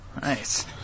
Nice